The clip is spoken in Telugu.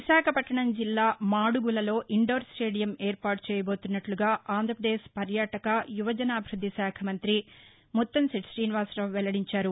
విశాఖపట్నం జిల్లా మాడుగులలో ఇండోర్ స్టేడియం ఏర్పాటు చేయబోతున్నట్లు గా ఆంధ్రప్రదేశ్ పర్యాటక యువజనాభివృద్ది శాఖ మంత్రి ముత్తంశెట్టి తీనివాసరావు వెల్లడించారు